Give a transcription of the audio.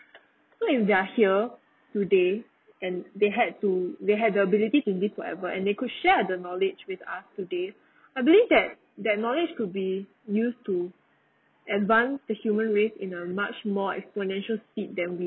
so if they're here today and they had to they had the ability to live forever and they could share the knowledge with us today I believe that that knowledge could be used to advance the human race in a much more exponential speed than